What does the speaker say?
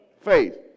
Faith